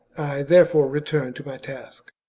therefore return to my task.